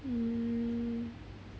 um